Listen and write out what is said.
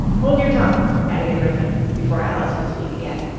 hold your tongue added the gryphon, before alice could speak again.